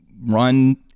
run